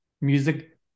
Music